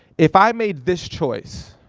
if i made this choice,